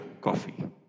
coffee